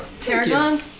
Tarragon